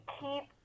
keep